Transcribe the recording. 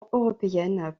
européenne